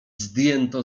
zdjęto